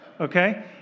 okay